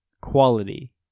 quality